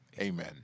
Amen